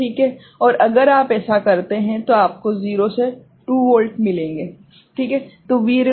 और अगर आप ऐसा करते हैं तो आपको 0 से 2 वोल्ट मिलेंगे